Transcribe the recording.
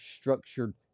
structured